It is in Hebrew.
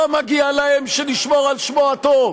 לא מגיע להם שנשמור על שמו הטוב?